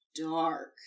dark